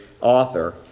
author